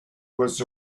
was